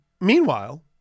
Meanwhile